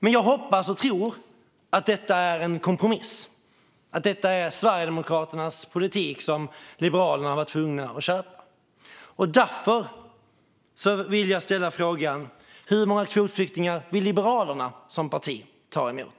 Men jag hoppas och tror att detta är en kompromiss, att det är Sverigedemokraternas politik som Liberalerna har varit tvungna att köpa. Därför vill jag ställa frågan: Hur många kvotflyktingar vill Liberalerna som parti ta emot?